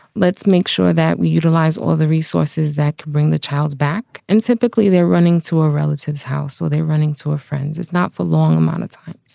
let's make sure that we utilize all of the resources that bring the child back. and typically, they're running to a relative's house or they running to a friend's. it's not for long amount of time.